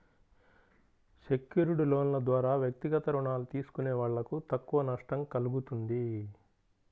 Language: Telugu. సెక్యూర్డ్ లోన్ల ద్వారా వ్యక్తిగత రుణాలు తీసుకునే వాళ్ళకు తక్కువ నష్టం కల్గుతుంది